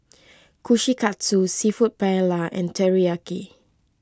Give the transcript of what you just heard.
Kushikatsu Seafood Paella and Teriyaki